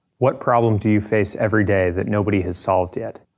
what problem do you face every day that nobody has solved yet?